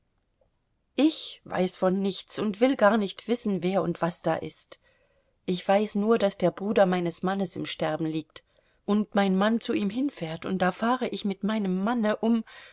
ich weiß von nichts und will gar nicht wissen wer und was da ist ich weiß nur daß der bruder meines mannes im sterben liegt und mein mann zu ihm hinfährt und da fahre ich mit meinem manne um